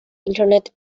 internet